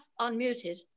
unmuted